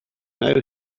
now